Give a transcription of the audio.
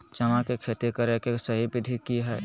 चना के खेती करे के सही विधि की हय?